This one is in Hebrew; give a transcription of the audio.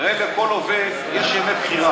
אני פקוד בליכוד, משלם דמי מפקד,